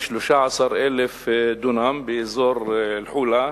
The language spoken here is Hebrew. כ-13,000 דונם באזור אל-חולא,